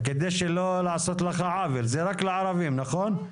כדי שלא לעשות לך עוול, זה רק לערבים, נכון?